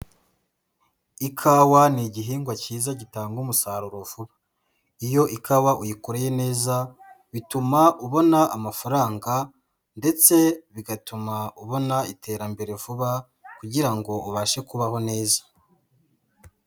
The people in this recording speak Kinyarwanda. Ikawa ni igihingwa cyiza gitanga umusaruro vuba. Iyo ikawa uyikoreye neza bituma ubona amafaranga ndetse bigatuma ubona iterambere vuba kugira ngo ubashe kubaho neza.